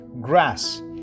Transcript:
grass